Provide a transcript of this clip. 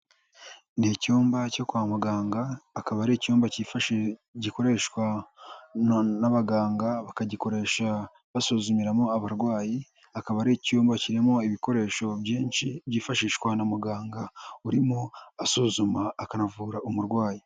Ni icyumba cyo kwa muganga, akaba ari icyumba gikoreshwa n'abaganga, bakagikoresha basuzumiramo abarwayi, akaba ari icyumba kirimo ibikoresho byinshi, byifashishwa na muganga urimo asuzuma, akanavura umurwayi.